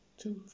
two